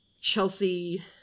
Chelsea